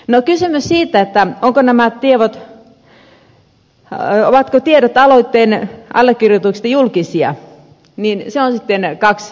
kysymys siitä ovatko tiedot aloitteen allekirjoituksesta julkisia on sitten kaksiselitteinen asia